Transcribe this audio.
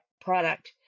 product